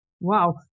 Wow